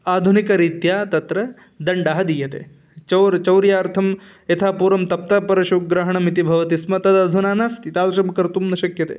आधुनिकरीत्या तत्र दण्डः दीयते चौरं चौर्यार्थं यथा पूर्वं तप्तपरशुग्रहणम् इति भवति स्म तदधुना नास्ति तादृशं कर्तुं न शक्यते